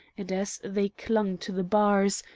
and as they clung to the bars,